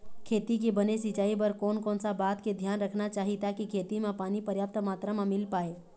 खेती के बने सिचाई बर कोन कौन सा बात के धियान रखना चाही ताकि खेती मा पानी पर्याप्त मात्रा मा मिल पाए?